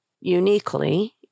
uniquely